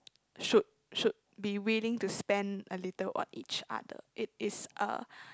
should should be willing to spend a little on each other it is a